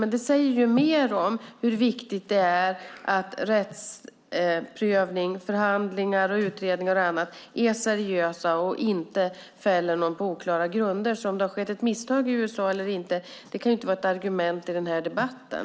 Men det säger mer om hur viktigt det är att rättsprövning, förhandlingar, utredningar och annat är seriösa och gör att ingen fälls på oklara grunder. Om det har skett ett misstag i USA eller inte kan inte vara ett argument i den här debatten.